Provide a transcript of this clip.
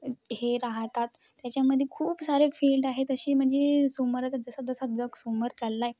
हे राहतात त्याच्यामध्ये खूप सारे फील्ड आहे तशी म्हणजे समोरात जसं जसं जग समोर चाललं आहे